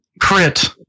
Crit